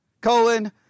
colon